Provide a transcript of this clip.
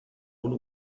ohne